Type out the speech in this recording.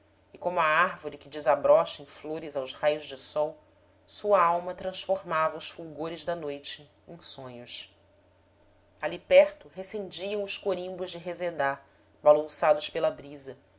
e como a árvore que desabrocha em flores aos raios de sol sua alma transformava os fulgores da noite em sonhos ali perto recendiam os corimbos de resedá balouçados pela brisa